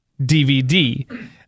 DVD